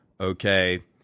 okay